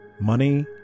Money